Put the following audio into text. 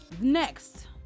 next